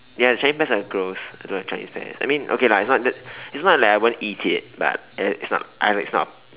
ya the Chinese pears are gross I don't like Chinese pears I mean okay lah it's not that it's not like I won't eat it but it's not I mean it's not